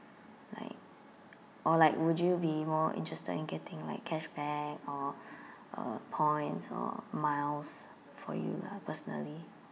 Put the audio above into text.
like or like would you be more interested in getting like cashback or uh points or miles for you lah personally